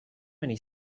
many